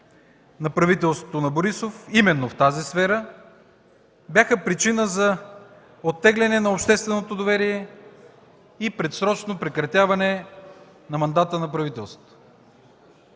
на правителството на Борисов, именно в тази сфера, бяха причина за оттегляне на общественото доверие и предсрочно прекратяване на мандата на правителството.